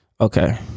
Okay